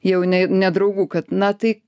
jau ne nedraugų kad na tai